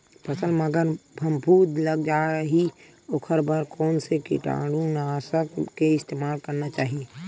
फसल म अगर फफूंद लग जा ही ओखर बर कोन से कीटानु नाशक के इस्तेमाल करना चाहि?